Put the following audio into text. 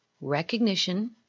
Recognition